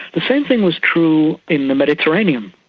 the same thing was true in the mediterranean.